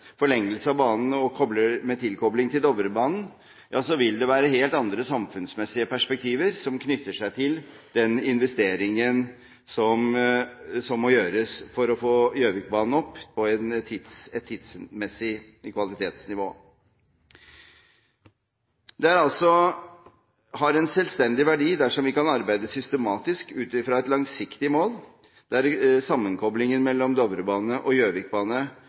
forlengelse av banen med tilkobling til Dovrebanen, vil det være helt andre samfunnsmessige perspektiver som knytter seg til den investeringen som må gjøres for å få Gjøvikbanen opp på et tidsmessig kvalitetsnivå. Det har en selvstendig verdi dersom vi kan arbeide systematisk ut fra et langsiktig mål, der sammenkoblingen mellom Dovrebanen og